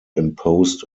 imposed